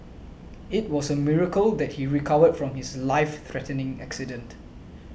it was a miracle that he recovered from his life threatening accident